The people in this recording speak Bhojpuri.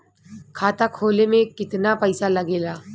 खाता खोले में कितना पईसा लगेला?